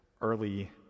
early